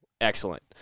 Excellent